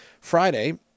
Friday